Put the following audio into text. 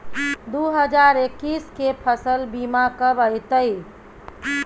दु हजार एक्कीस के फसल बीमा कब अयतै?